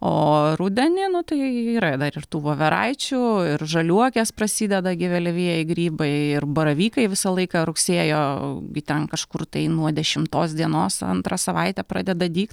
o rudenį nu tai yra dar ir tų voveraičių ir žaliuokės prasideda gi vėlyvieji grybai ir baravykai visą laiką rugsėjo gi ten kažkur tai nuo dešimtos dienos antrą savaitę pradeda dygt